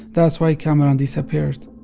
that's why kamaran disappeared